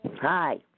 Hi